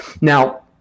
Now